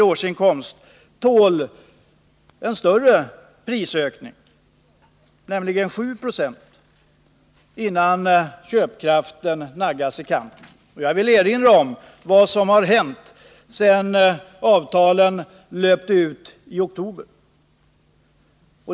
i årsinkomst tål en större prisökning, nämligen en 7-procentig sådan, innan köpkraften naggas i kanten. Jag ville därför erinra om vad som har hänt sedan avtalen löpte ut i oktober.